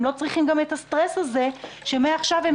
הם לא צריכים גם את הסטרס הזה שמעכשיו הם